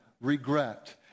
regret